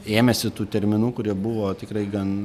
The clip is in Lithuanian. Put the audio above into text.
ėmėsi tų terminų kurie buvo tikrai gan